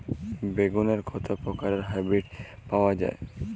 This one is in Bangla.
বেগুনের কত প্রকারের হাইব্রীড পাওয়া যায়?